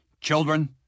children